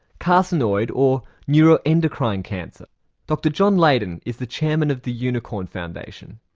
carcinoid or neuroendocrine cancer. dr john leyden is the chairman of the unicorn foundation.